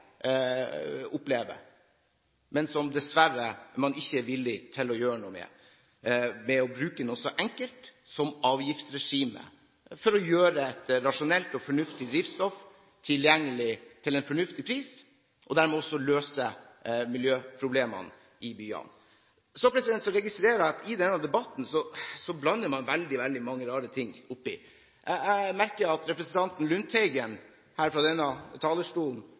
men som man dessverre ikke er villig til å gjøre noe med ved å bruke noe så enkelt som avgiftsregimet for å gjøre et rasjonelt og fornuftig drivstoff tilgjengelig til en fornuftig pris, og dermed også løse miljøproblemene i byene. Så registrerer jeg at i denne debatten blander man inn veldig mange rare ting. Jeg merker meg at representanten Lundteigen her fra denne talerstolen